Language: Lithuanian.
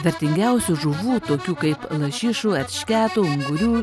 vertingiausių žuvų tokių kaip lašišų eršketų ungurių